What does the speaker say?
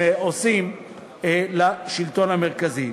שהם עושים לשלטון המרכזי.